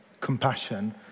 compassion